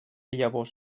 llavors